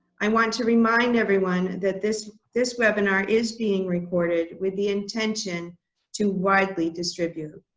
i want to remind everyone that this this webinar is being recorded with the intention to widely distribute.